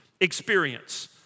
experience